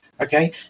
okay